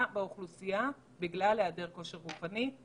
באוכלוסייה בגלל היעדר כושר גופני.